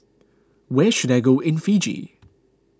where should I go in Fiji